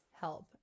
help